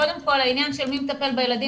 קודם כל העניין של מי מטפל בילדים,